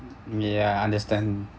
mm ya understand